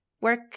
work